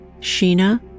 Sheena